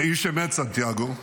כאיש אמת, סנטיאגו,